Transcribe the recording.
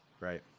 Right